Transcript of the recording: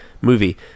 movie